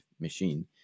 machine